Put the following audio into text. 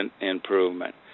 improvement